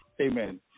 Amen